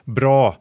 bra